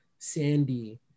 sandy